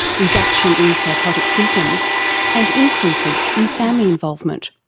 reduction in psychotic symptoms and increases in family involvement.